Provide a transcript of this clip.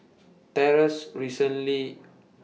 Trace recently